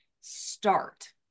start